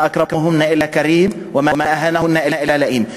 מא אכרמהן אלא כרים, ומא אהאנהן אלא לאים".